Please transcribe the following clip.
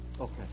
Okay